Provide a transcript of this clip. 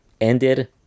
ended